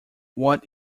what